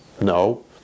No